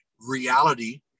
reality